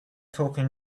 talking